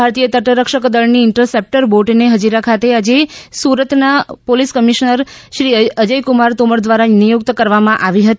ભારતીય તટરક્ષકદળની ઇન્ટરસેપ્ટર બોટને હજીરા ખાતે આજે સુરતના પોલીસ કમિશનર શ્રી અજયકુમાર તોમર દ્વારા નિયુક્ત કરવામાં આવી હતી